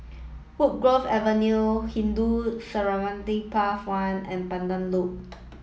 Woodgrove Avenue Hindu Cemetery Path One and Pandan Loop